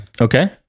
Okay